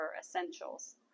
essentials